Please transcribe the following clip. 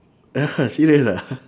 serious ah